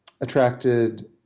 attracted